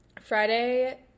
Friday